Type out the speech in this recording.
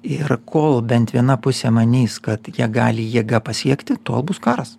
ir kol bent viena pusė manys kad jie gali jėga pasiekti tol bus karas